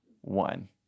one